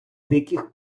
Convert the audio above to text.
диких